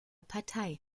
partei